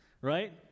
right